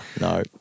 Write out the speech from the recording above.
No